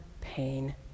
pain